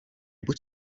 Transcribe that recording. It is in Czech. buď